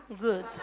Good